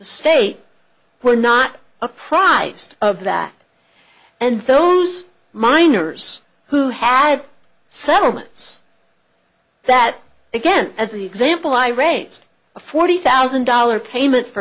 state were not apprised of that and those miners who had settlements that again as the example i raised a forty thousand dollars payment for